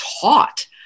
taught